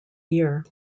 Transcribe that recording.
year